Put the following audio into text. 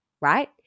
right